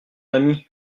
ami